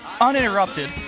uninterrupted